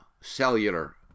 cellular